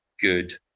good